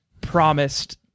promised